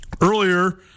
Earlier